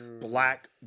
black